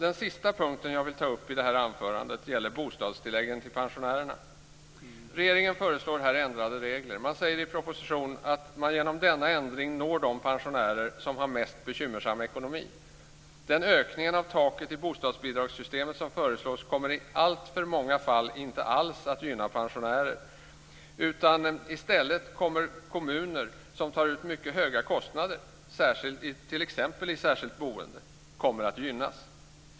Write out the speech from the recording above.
De sista punkt jag vill ta upp i det här anförandet gäller bostadstilläggen till pensionärerna. Regeringen föreslår här ändrade regler. Man säger i propositionen att man genom denna ändring når de pensionärer som har mest bekymmersam ekonomi. Den ökning av taket i bostadsbidragssystemet som föreslås kommer i alltför många fall inte alls att gynna pensionärer. I stället kommer kommuner som tar ut mycket höga kostnader i t.ex. särskilt boende att gynnas.